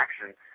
action